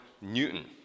Newton